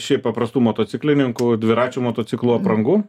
šiaip paprastų motociklininkų dviračių motociklų aprangų